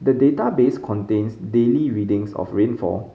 the database contains daily readings of rainfall